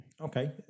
okay